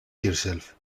herself